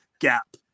gap